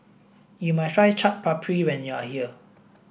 you must try Chaat Papri when you are here